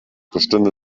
bestünde